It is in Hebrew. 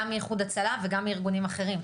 גם מאיחוד הצלה וגם מארגונים אחרים,